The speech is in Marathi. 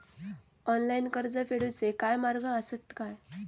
ऑनलाईन कर्ज फेडूचे काय मार्ग आसत काय?